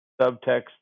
subtext